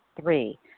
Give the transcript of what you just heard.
Three